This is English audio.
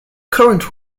current